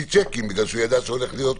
בגלל שהוא ידע שהעומדים להיות